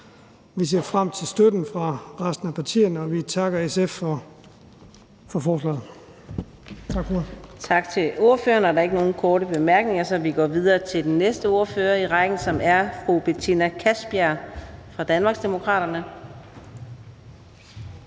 Vi ser frem til støtten fra resten af partierne, og vi takker SF for forslaget.